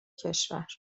کشور